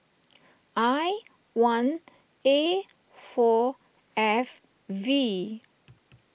I one A four F V